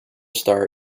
star